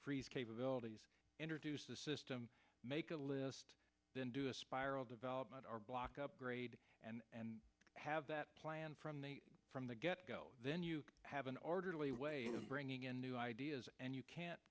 freeze capabilities introduce the system make a list then do a spiral development or block upgrade and have that plan from the from the get go then you have an orderly way of bringing in new ideas and you can't